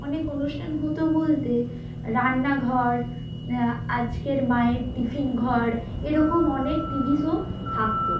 অনেক অনুষ্ঠান হতো বলতে রান্নাঘর আজকের মায়ের টিফিন ঘর এরকম অনেক টিভি শো থাকতো